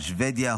שבדיה,